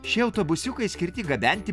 šie autobusiukai skirti gabenti